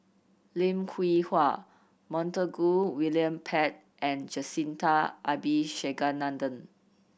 Lim Hwee Hua Montague William Pett and Jacintha Abisheganaden